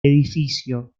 edificio